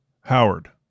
Howard